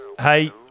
hey